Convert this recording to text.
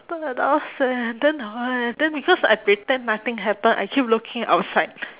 ~ted ah then hor then because I pretend nothing happened I keep looking outside